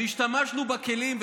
השתמשנו בכלים.